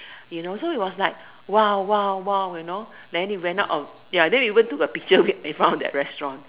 you know so it was like !wow! !wow! !wow! you know then we went out of ya then we went to the picture we we found that restaurant